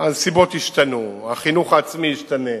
הנסיבות ישתנו, החינוך העצמי ישתנה,